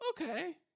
Okay